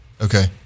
okay